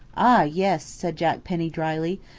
ah! yes, said jack penny dryly,